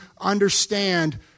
understand